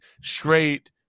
straight